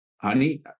Honey